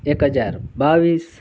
એક હજાર બાવીસ